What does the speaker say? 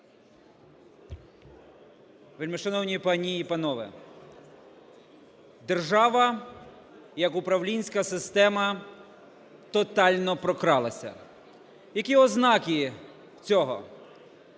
Вельмишановні пані і панове! Держава як управлінська система тотально прокралася. Які ознаки цього?